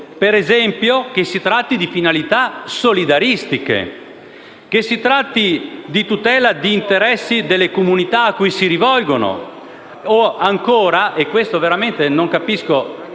per esempio, che si tratti di finalità solidaristiche, di tutela di interessi delle comunità a cui si rivolgono e ancora - e rispetto a questo veramente non capisco